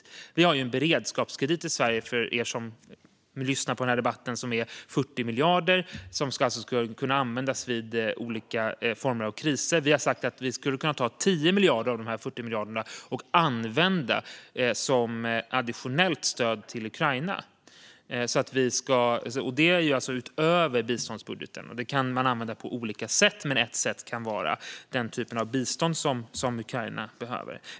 För er som lyssnar på debatten: I Sverige har vi en beredskapskredit på 40 miljarder som ska kunna användas vid olika former av kriser. Liberalerna har sagt att vi skulle kunna ta 10 av dessa 40 miljarder och använda som additionellt stöd till Ukraina. Detta är alltså utöver biståndsbudgeten, och det kan man använda på olika sätt. Ett sätt kan vara den typ av bistånd som Ukraina behöver.